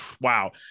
wow